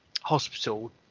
hospital